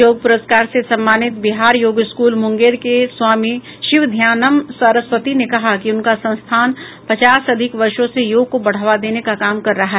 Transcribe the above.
योग पुरस्कार से सम्मानित बिहार योग स्कूल मुंगेर के स्वामी शिवध्यानम सरस्वती ने कहा कि उनका संस्थान पचास से अधिक वर्षों से योग को बढ़ावा देने का काम कर रहा है